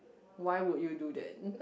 why would you do that